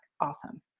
awesome